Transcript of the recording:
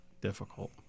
difficult